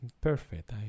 perfect